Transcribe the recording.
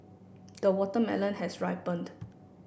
the watermelon has ripened